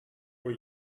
were